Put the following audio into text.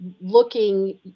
looking